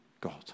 God